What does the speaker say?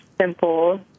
simple